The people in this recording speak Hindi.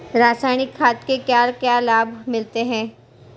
रसायनिक खाद के क्या क्या लाभ मिलते हैं?